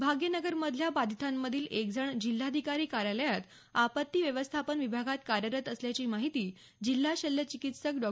भाग्यनगरमधल्या बाधितांमधील एकजण जिल्हाधिकारी कार्यालयात आपत्ती व्यवस्थापन विभागात कार्यरत असल्याची माहिती जिल्हा शल्यचिकित्सक डॉ